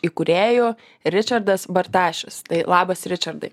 įkūrėjų ričardas bartašius tai labas ričardai